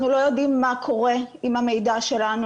אנחנו לא יודעים מה קורה עם המידע שלנו.